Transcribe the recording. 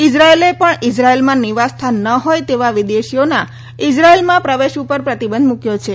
Israel પણ ઇઝરાયેલમાં નિવાસ સ્થાન ન હોય તેવા વિદેશીઓના ઇઝરાયેલમાં પ્રવેશ પ્રતિબંધ મૂક્યો છે